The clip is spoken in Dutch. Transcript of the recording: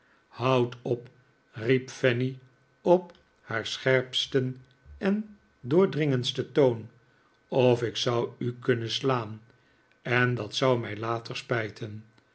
houd op riep fanny op haar scherpsten en doordringendsten toon of ik zou u kunnen slaan en dat zou mij later spijten